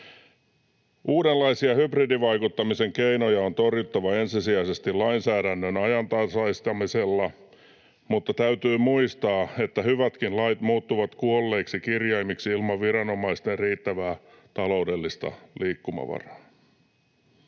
Uudenlaisia hybridivaikuttamisen keinoja on torjuttava ensisijaisesti lainsäädännön ajantasaistamisella, mutta täytyy muistaa, että hyvätkin lait muuttuvat kuolleiksi kirjaimiksi ilman viranomaisten riittävää taloudellista liikkumavaraa.